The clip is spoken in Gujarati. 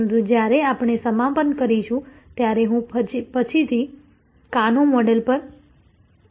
પરંતુ જ્યારે આપણે સમાપન કરીશું ત્યારે હું પછીથી કાનો મોડલ પર પાછો આવીશ